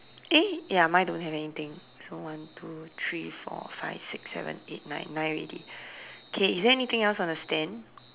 eh ya mine don't have anything so one two three four five six seven eight nine nine already K is there anything else on the stand